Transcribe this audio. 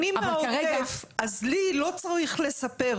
אני מהעוטף, אז לי לא צריך לספר.